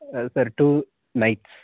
அது sir two nights